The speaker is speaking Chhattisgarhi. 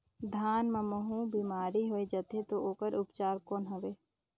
धान मां महू बीमारी होय जाथे तो ओकर उपचार कौन हवे?